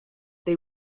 they